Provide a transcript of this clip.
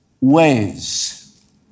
ways